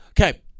Okay